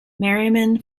merriman